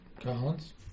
Collins